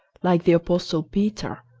like the apostle peter,